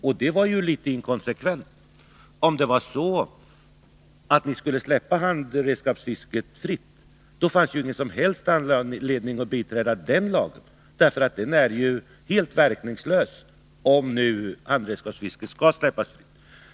Och det var ju litet inkonsekvent, om ni skulle släppa handredskapsfisket fritt, för då finns det ingen som helst anledning att bitråda den lagen. Den är ju helt verkningslös om nu handredskapsfisket släpps fritt.